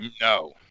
No